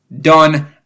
Done